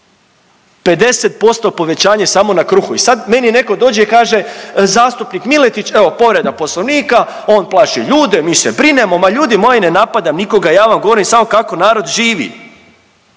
50% povećanje samo na kruhu i sad meni neko dođe i kaže zastupnik Miletić evo povreda poslovnika, on plaši ljude, mi se brinemo. Ma ljudi moji ne napadam nikoga, ja vam govorim samo kako narod živi,